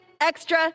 extra